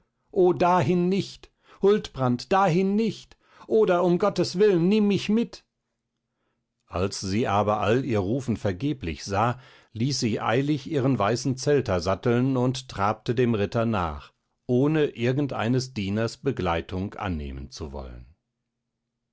o dahin nicht huldbrand dahin nicht oder um gottes willen nimm mich mit als sie aber all ihr rufen vergeblich sah ließ sie eilig ihren weißen zelter satteln und trabte dem ritter nach ohne irgendeines dieners begleitung annehmen zu wollen